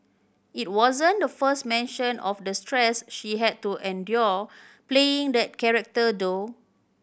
it wasn't the first mention of the stress she had to endure playing that character though